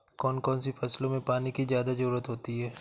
कौन कौन सी फसलों में पानी की ज्यादा ज़रुरत होती है?